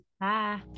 Bye